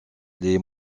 les